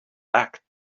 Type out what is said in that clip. back